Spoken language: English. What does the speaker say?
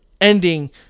ending